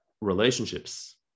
relationships